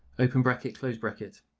open bracket, closed bracket.